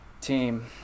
team